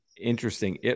interesting